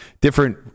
different